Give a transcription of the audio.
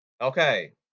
Okay